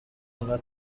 nka